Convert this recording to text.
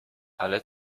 ale